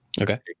Okay